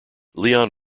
leon